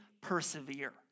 persevere